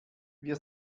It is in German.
wir